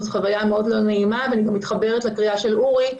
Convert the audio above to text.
זו חוויה מאוד לא נעימה ואני מתחברת לקריאה של אורי לוין.